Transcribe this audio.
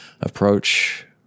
approach